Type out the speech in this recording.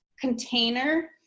container